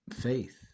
faith